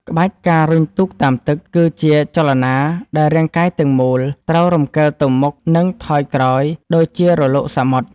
ក្បាច់ ការរុញទូកតាមទឹក គឺជាចលនាដែលរាងកាយទាំងមូលត្រូវរំកិលទៅមុខ និងថយក្រោយដូចជារលកសមុទ្រ។